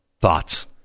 thoughts